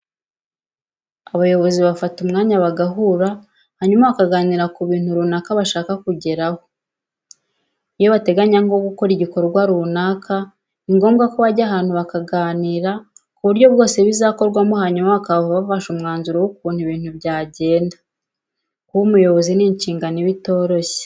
Abayobozi bafata umwanya bagahura hanyuma bakaganira ku bintu runaka bashaka kugeraho. Iyo bateganya nko gukora igikorwa runaka, ni ngombwa ko bajya ahantu bakaganira ku buryo bwose bizakorwamo hanyuma bakahava bafashe umwanzuro w'ukuntu ibintu byagenda. Kuba umuyobozi ni inshingano iba itoroshye.